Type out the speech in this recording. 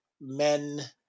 men